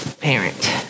parent